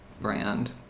brand